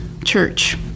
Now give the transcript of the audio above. church